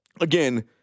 Again